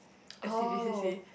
at